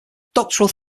doctoral